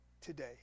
today